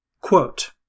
Quote